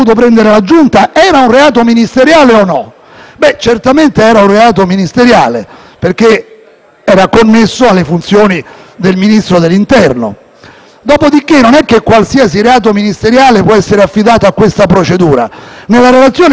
connesso alle funzioni di Ministro dell'interno; dopodiché non è che qualsiasi reato ministeriale può essere affidato a questa procedura. Nella relazione ci sono degli esempi: se un Ministro prende dei soldi per autorizzare un'opera pubblica, è un reato ministeriale,